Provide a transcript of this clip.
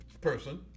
person